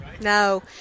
No